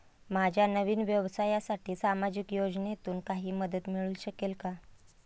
माझ्या नवीन व्यवसायासाठी सामाजिक योजनेतून काही मदत मिळू शकेल का?